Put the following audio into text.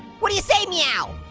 what do you say meow?